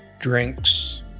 drinks